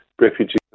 Refugees